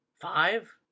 Five